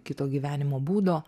kito gyvenimo būdo